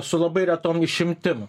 su labai retom išimtim